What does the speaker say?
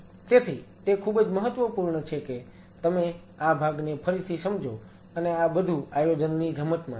તેથી તે ખૂબ જ મહત્વપૂર્ણ છે કે તમે આ ભાગને ફરીથી સમજો અને આ બધું આયોજનની રમતમાં આવે છે